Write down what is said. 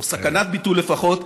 או סכנת ביטול לפחות,